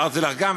הערתי לך גם,